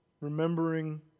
remembering